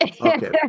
Okay